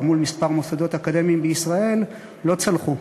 מול כמה מוסדות אקדמיים בישראל לא צלחו.